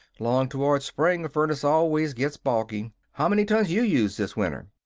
long toward spring a furnace always gets balky. how many tons you used this winter?